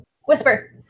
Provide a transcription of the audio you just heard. Whisper